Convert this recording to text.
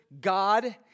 God